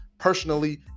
personally